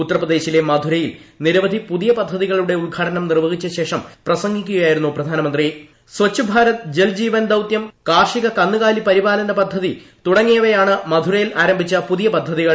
ഉത്തർ പ്രദേശിലെ മഥുരയിൽ നിരവ്ധി പുതിയ പദ്ധതികളുടെ ഉദ്ഘാടനം നിർവ്വഹിച്ച ശേഷം സ്ച്ച്ഭാരത് ജൽ ജീവൻ ദൌത്യം കാർഷിക കന്നുകാലി പരിപാലന പദ്ധതി തുടങ്ങിയവയാണ് മഥുരയിൽ ആരംഭിച്ച പുതിയ പദ്ധതികൾ